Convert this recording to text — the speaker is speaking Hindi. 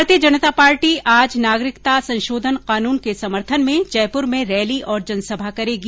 भारतीय जनता पार्टी आज नागरिकता संशोधन कानून के समर्थन में जयपुर में रैली और जनसभा करेगी